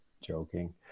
joking